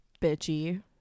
bitchy